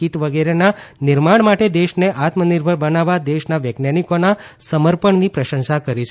kit વગેરેના નિર્માણ માટે દેશને આત્મનિર્ભર બનાવવા દેશના વૈજ્ઞાનિકોના સમર્પણની પ્રશંસા કરી છે